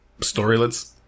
storylets